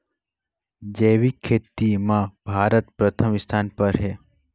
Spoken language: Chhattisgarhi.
जैविक खेती म भारत प्रथम स्थान पर हे